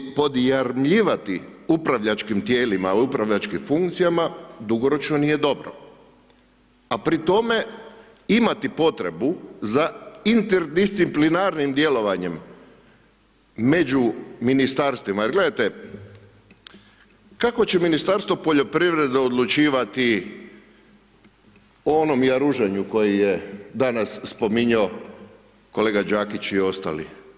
Struku podjarmljivati upravljačkim tijelima, upravljačkim funkcijama, dugoročno nije dobro a pri tome imati potrebu za interdisciplinarnim djelovanjem među ministarstvima jer gledajte, kako će Ministarstvo poljoprivrede odlučivati o onome jaružanju koje je danas spominjao kolega Đakić i ostali.